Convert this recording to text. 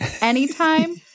anytime